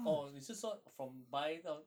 orh 你是说 from buy 到